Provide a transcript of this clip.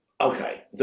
okay